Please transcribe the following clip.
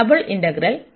അതിനാൽ double integral